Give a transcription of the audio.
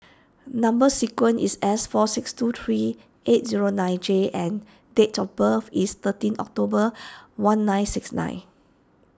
Number Sequence is S four six two three eight zero nine J and date of birth is thirteen October one nine six nine